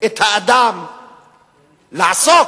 את האדם לעסוק,